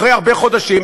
אחרי הרבה חודשים,